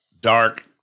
dark